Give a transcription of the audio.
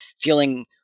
Feeling